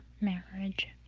marriage